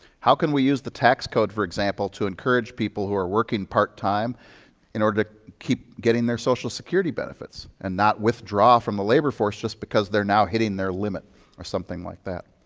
how can we use the tax code, for example, to encourage people who are working part-time in order to keep getting their social security benefits and not withdraw from a labor force just because they're now hitting their limit or something like that.